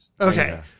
Okay